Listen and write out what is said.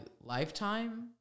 lifetime